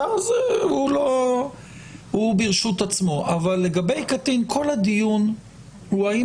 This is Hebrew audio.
ואז הוא ברשות עצמו לגבי קטין כל הדיון הוא האם